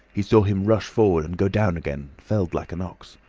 he saw him rush forward, and go down again, felled like an ox.